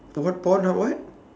what what